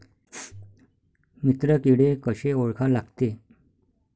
मित्र किडे कशे ओळखा लागते?